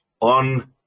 on